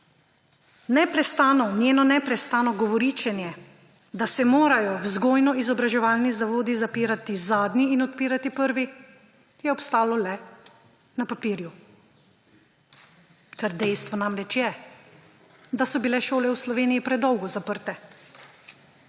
Njeno neprestano govoričenje, da se morajo vzgojno-izobraževalni zavodi zapirati zadnji in odpirati prvi, je obstalo le na papirju, ker dejstvo namreč je, da so bile šole v Sloveniji predolgo zaprte.